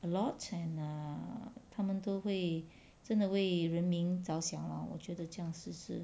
a lot and err 他们都会真的为人民着想 lor 我觉得这样就是